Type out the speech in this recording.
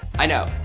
i know,